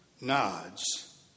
nods